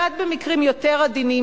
ועד מקרים יותר עדינים,